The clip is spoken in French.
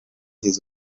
des